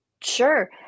Sure